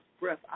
breath